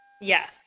yes